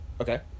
Okay